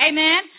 Amen